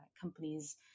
companies